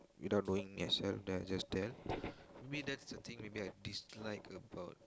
without knowing as well then I just tell maybe that's the thing maybe I dislike about